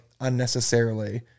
unnecessarily